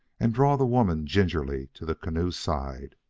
and draw the woman gingerly to the canoe's side.